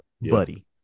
buddy